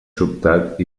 sobtat